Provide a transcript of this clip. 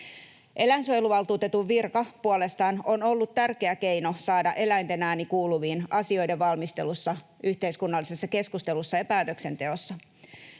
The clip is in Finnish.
Eläinsuojeluvaltuutetun virka puolestaan on ollut tärkeä keino saada eläinten ääni kuuluviin asioiden valmistelussa, yhteiskunnallisessa keskustelussa ja päätöksenteossa.